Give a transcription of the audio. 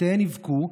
שתיהן יבכו,